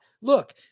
Look